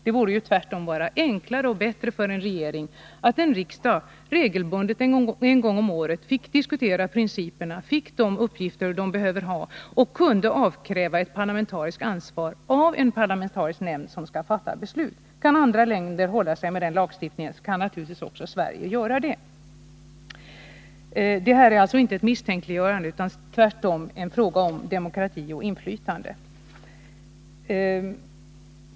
Det borde tvärtom vara enklare och bättre för en regering att riksdagen regelbundet en gång om året fick diskutera principerna, fick de uppgifter den behöver ha och kunde utkräva ett parlamentariskt ansvar av en parlamentarisk nämnd som skall fatta beslut. Kan andra länder hålla sig med en sådan lagstiftning, kan naturligtvis också Sverige göra det. Det är inte fråga om att misstänkliggöra, utan det är tvärtom en fråga om demokrati och inflytande.